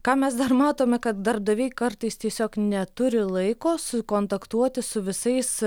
ką mes dar matome kad darbdaviai kartais tiesiog neturi laiko sukontaktuoti su visais